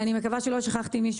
אני מקווה שלא שכחתי מישהו.